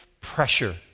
pressure